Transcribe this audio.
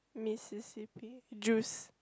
Mississippi Jews